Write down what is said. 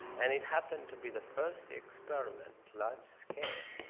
and it happened to be the first experiment, large-scale,